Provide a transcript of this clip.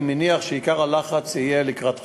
אני מניח שעיקר הלחץ יהיה לקראת חצות.